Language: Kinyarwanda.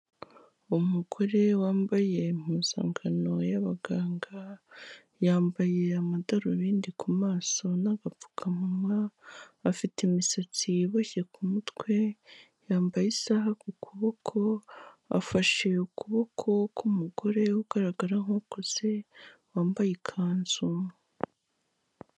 Umugore wambaye impuzankano y'abaganga, yambaye amadarubindi ku maso n'agapfukamunwa, afite imisatsi iboshye ku mutwe, yambaye isaha ku kuboko, afashe ukuboko k'umugore ugaragara nk'ukuze wambaye ikanzu.